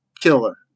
killer